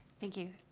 thank you.